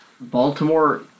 Baltimore